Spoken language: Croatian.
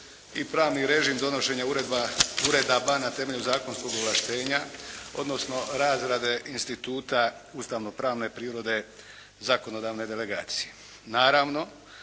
i pravni režim donošenja uredaba na temelju zakonskog ovlaštenja, odnosno razrade instituta ustavnopravne prirode zakonodavne delegacije.